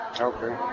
Okay